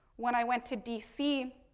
when i went to d c,